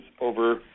over